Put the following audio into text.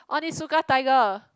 Onitsuka Tiger